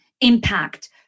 impact